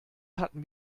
hatten